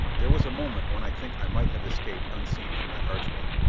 there was a moment when i think i might have escaped unseen from that archway.